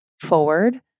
forward